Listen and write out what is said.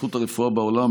והתפתחות הרפואה בעולם,